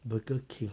burger king